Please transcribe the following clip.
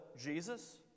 Jesus